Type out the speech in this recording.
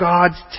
God's